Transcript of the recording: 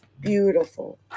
beautiful